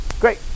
Great